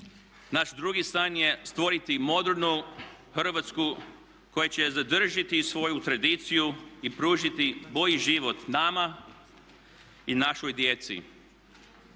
Naš drugi san je stvoriti modernu Hrvatsku koja će zadržati svoju tradiciju i pružiti bolji život nama i našoj djeci.